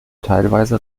teilweise